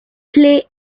play